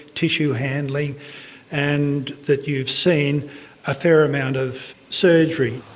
tissue handling and that you've seen a fair amount of surgery.